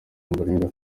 ombolenga